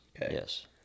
Yes